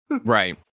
Right